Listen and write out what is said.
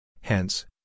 Hence